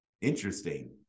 Interesting